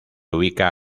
ubica